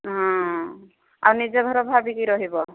ହଁ ଆଉ ନିଜ ଘର ଭାବିକି ରହିବ